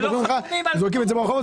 זורקים את זה ברחוב,